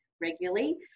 regularly